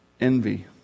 Envy